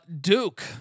Duke